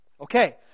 Okay